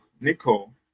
Nicole